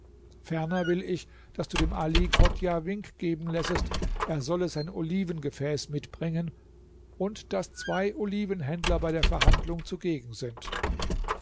ferner will ich daß du dem ali chodjah wink geben lässest er solle sein olivengefäß mitbringen und daß zwei olivenhändler bei der verhandlung zugegen sind